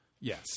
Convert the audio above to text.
Yes